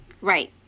Right